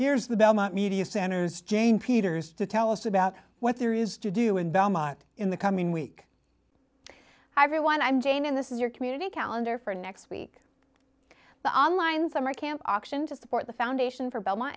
here's the belmont media center who's jane peters to tell us about what there is to do in belmont in the coming week hi everyone i'm jane in this is your community calendar for next week but online summer camp auction to support the foundation for belmont